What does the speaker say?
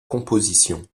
composition